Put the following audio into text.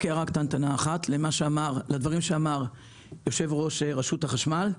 רק הערה קטנה אחת לדברים שאמר יושב-ראש רשות החשמל.